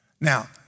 Now